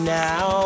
now